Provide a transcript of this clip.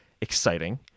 exciting